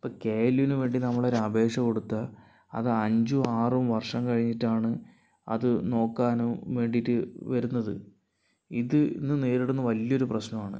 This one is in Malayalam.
ഇപ്പോൾ കെ എൽ യുവിനു വേണ്ടി നമ്മൾ ഒരു അപേക്ഷ കൊടുത്താൽ അത് അഞ്ചു ആറും വർഷം കഴിഞ്ഞിട്ടാണ് അത് നോക്കാനോ വേണ്ടിയിട്ട് വരുന്നത് ഇത് ഇന്ന് നേരിടുന്ന വലിയൊരു പ്രശ്നമാണ്